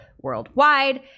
worldwide